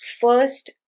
First